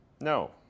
No